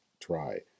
try